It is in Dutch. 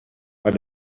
maar